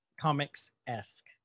Comics-esque